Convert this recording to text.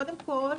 קודם כל,